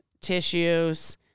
tissues